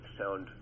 sound